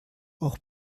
auch